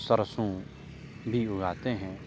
سرسوں بھی اگاتے ہیں